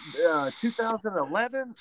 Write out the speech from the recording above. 2011